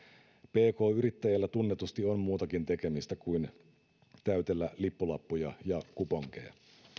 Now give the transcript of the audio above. pk yrittäjillä tunnetusti on muutakin tekemistä kuin täytellä lippulappuja ja kuponkeja